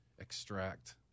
extract